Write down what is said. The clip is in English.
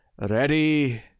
Ready